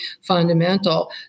fundamental